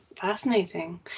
Fascinating